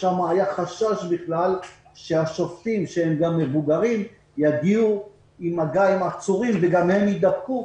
היה שם חשש שהשופטים המבוגרים יהיו במגע עם עצורים וגם הם יידבקו,